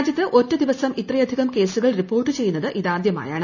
രാജ്യത്ത് ഒറ്റ ദിവസം ഇത്രയധികം കേസുകൾ റിപ്പോർട്ട് ചെയ്യുന്നത് ഇതാദ്യമായാണ്